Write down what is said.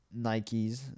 Nikes